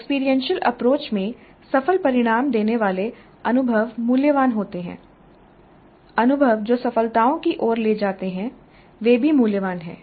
experiential approach में सफल परिणाम देने वाले अनुभव मूल्यवान होते हैं अनुभव जो असफलताओं की ओर ले जाते हैं वे भी मूल्यवान हैं